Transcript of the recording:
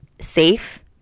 safe